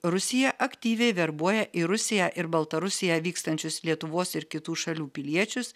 rusija aktyviai verbuoja į rusiją ir baltarusiją vykstančius lietuvos ir kitų šalių piliečius